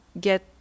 get